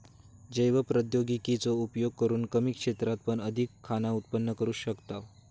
जैव प्रौद्योगिकी चो उपयोग करून कमी क्षेत्रात पण अधिक खाना उत्पन्न करू शकताव